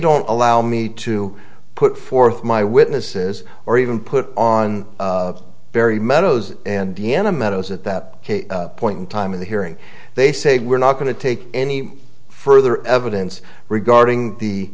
don't allow me to put forth my witnesses or even put on very meadows and d n a meadows at that point in time in the hearing they say we're not going to take any further evidence regarding